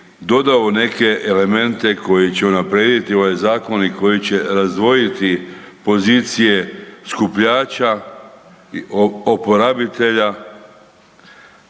dodao neke elemente koji će unaprijediti ovaj zakon i koji će razdvojiti pozicije skupljača oporavitelja